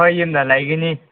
ꯍꯣꯏ ꯌꯨꯝꯗ ꯂꯩꯒꯅꯤ